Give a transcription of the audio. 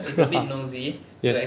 haha yes